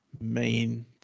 Main